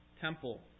temple